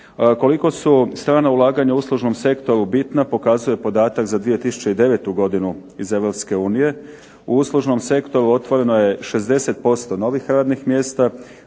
Koliko su strana ulaganja u uslužnom sektoru bitna pokazuje podatak za 2009. godinu iz Europske unije. U uslužnom sektoru otvoreno je 60% novih radnih mjesta,